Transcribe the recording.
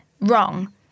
wrong